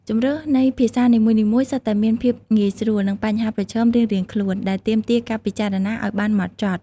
ជម្រើសនៃភាសានីមួយៗសុទ្ធតែមានភាពងាយស្រួល និងបញ្ហាប្រឈមរៀងៗខ្លួន ដែលទាមទារការពិចារណាឱ្យបានហ្មត់ចត់។